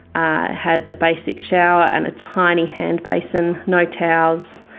ah had a basic shower and a tiny hand basin, no towels,